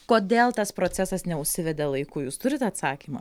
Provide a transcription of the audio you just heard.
kodėl tas procesas neužsivedė laiku jūs turit atsakymą